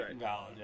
right